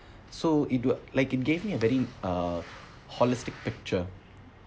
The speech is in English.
so it was like it gave me a very uh holistic picture